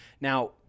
Now